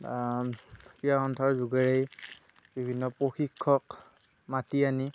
ক্ৰীড়া সন্থাৰ যোগেৰেই বিভিন্ন প্ৰশিক্ষক মাতি আনি